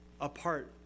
apart